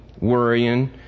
worrying